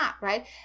right